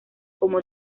como